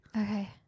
okay